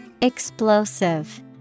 Explosive